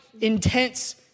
intense